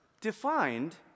defined